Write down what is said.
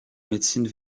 médecine